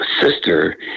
sister